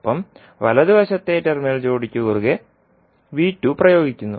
ഒപ്പം വലതുവശത്തെ ടെർമിനൽ ജോഡിക്ക് കുറുകെ V2 പ്രയോഗിക്കുന്നു